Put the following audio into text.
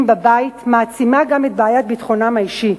בבית מעצימה גם את בעיית ביטחונם האישי.